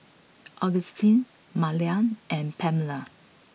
Agustin Malia and Pamella